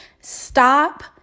Stop